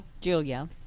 Julia